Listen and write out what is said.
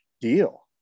deal